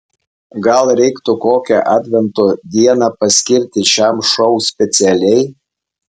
gal reiktų kokią advento dieną paskirti šiam šou specialiai